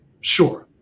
sure